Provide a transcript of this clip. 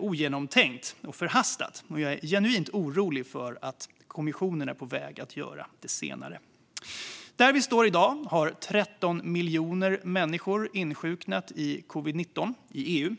ogenomtänkt och förhastat. Jag är genuint orolig för att kommissionen är på väg att göra det senare. Där vi står i dag har 13 miljoner människor insjuknat i covid-19 i EU.